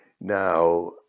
now